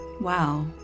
Wow